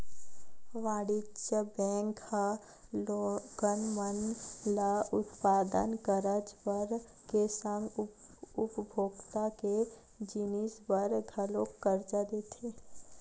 वाणिज्य बेंक ह लोगन मन ल उत्पादक करज बर के संग उपभोक्ता के जिनिस बर घलोक करजा देथे